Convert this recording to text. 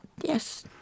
yes